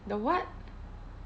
the what